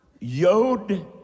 Yod